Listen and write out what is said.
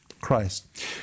Christ